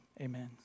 Amen